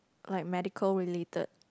like medical related